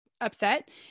upset